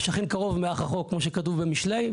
כמו שכתוב במשלי,